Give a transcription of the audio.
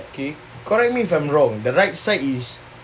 okay correct me if I'm wrong the right side is